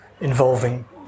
involving